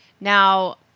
Now